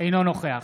אינו נוכח